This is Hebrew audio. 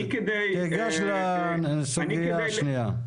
תיגש לסוגיה השנייה.